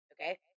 okay